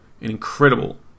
incredible